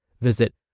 Visit